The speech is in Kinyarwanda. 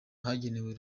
hagenewe